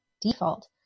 default